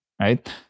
right